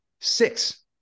six